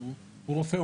הוא רופא,